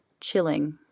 chilling